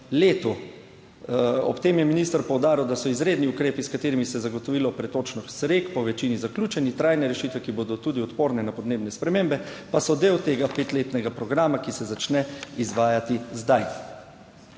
Ob tem je minister poudaril, da so izredni ukrepi, s katerimi bi se zagotovilo pretočnost rek, po večini zaključeni. Trajne rešitve, ki bodo tudi odporne na podnebne spremembe pa so del tega petletnega programa, ki se začne izvajati zdaj.